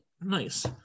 Nice